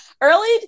early